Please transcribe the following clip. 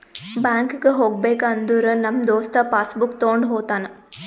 ಬ್ಯಾಂಕ್ಗ್ ಹೋಗ್ಬೇಕ ಅಂದುರ್ ನಮ್ ದೋಸ್ತ ಪಾಸ್ ಬುಕ್ ತೊಂಡ್ ಹೋತಾನ್